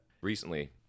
Recently